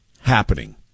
happening